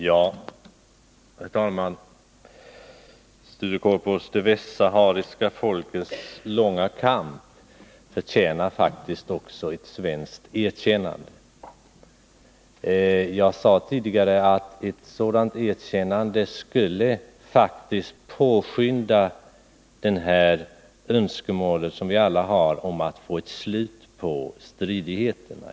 Herr talman! Det västsahariska folkets långa kamp förtjänar faktiskt också ett svenskt erkännande, Sture Korpås. Jag sade tidigare att ett sådant erkännande skulle påskynda det som vi alla önskar, nämligen att få ett slut på stridigheterna.